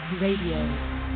Radio